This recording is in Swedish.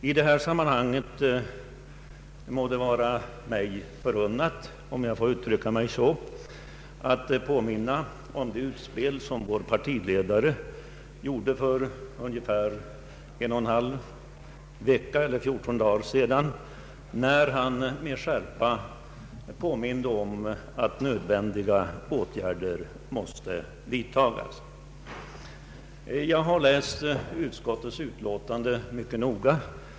I detta sammanhang må det vara mig förunnat, om jag så får uttrycka mig, att påminna om det utspel som vår partiledare gjorde för ungefär 14 dagar sedan, när han med skärpa påminde om att nödvändiga åtgärder måste vidtagas. Jag har mycket noga läst utskottets utlåtande.